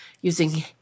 using